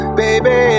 baby